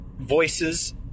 voices